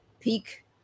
peak